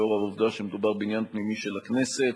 לאור העובדה שמדובר בעניין פנימי של הכנסת,